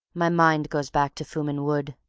my mind goes back to fumin wood,